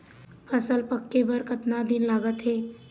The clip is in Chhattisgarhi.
फसल पक्के बर कतना दिन लागत हे?